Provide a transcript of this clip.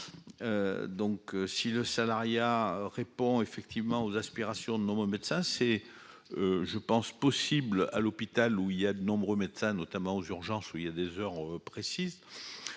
Donc si le salariat répond effectivement aux aspirations de nos médecins ça c'est. Je pense possible à l'hôpital où il y a de nombreux médecins notamment aux urgences où il y a des heures précises.